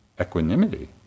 equanimity